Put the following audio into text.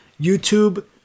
YouTube